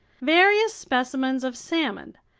various specimens of salmon,